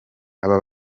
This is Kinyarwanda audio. aba